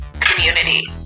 community